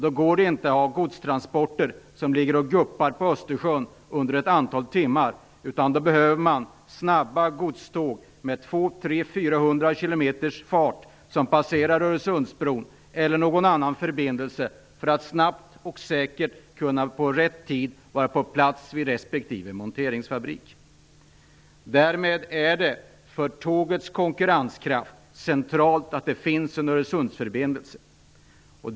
Då går det inte att ha godstransporter som ligger och guppar på Östersjön under ett antal timmar, utan då behöver man snabba godståg med 200-400 kilometers fart och som kan utnyttja Öresundsbron eller någon annan förbindelse för att snabbt, säkert och i rätt tid kunna vara på plats vid respektive monteringsfabrik. Därmed är det för tågets konkurrenskraft centralt att det finns en Öresundsförbindelse.